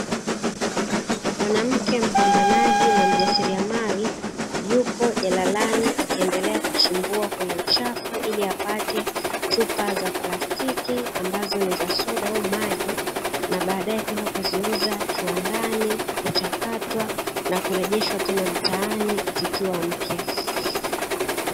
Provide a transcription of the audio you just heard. Mwanamke mpambanaji na mjasiliamali, yupo jalalani akiendelea kuchimbua kwenye uchafu. Ili apate chupa za plastiki ambazo ni za soda au maji, na baadae kwenda kuziuza kiwandani kuchakatwa na kurejeshwa tena mtaani zikiwa mpya.